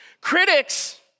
Critics